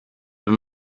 wenn